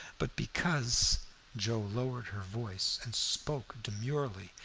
but because joe lowered her voice and spoke demurely,